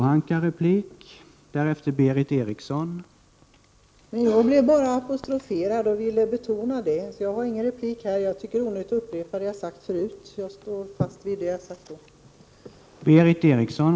Herr talman! Jag blev bara apostroferad och ville betona det. Jag har ingen replik här, eftersom jag tycker det är onödigt att upprepa det jag har sagt förut. Jag står fast vid det jag har sagt.